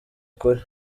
ukuri